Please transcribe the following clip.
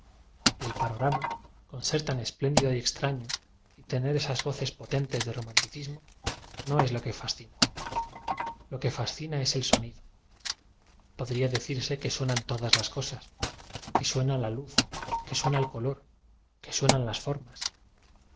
y el panora ma con ser tan espléndido y extraño y tener esas voces potentes de romanticismo no es lo que fascina lo que fascina es el sonido podría decirse que suenan todas las cosas que suena la luz que suena el color que suenan las formas